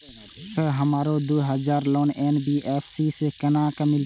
Sir हमरो दूय हजार लोन एन.बी.एफ.सी से केना मिलते?